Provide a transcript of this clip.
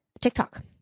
TikTok